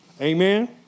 Amen